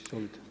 Izvolite.